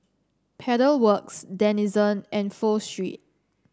Pedal Works Denizen and Pho Street